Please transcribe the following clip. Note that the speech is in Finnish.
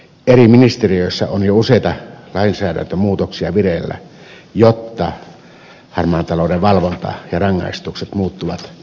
eri ministeriöissä on jo useita lainsäädäntömuutoksia vireillä jotta harmaan talouden valvonta ja rangaistukset muuttuvat uskottavammiksi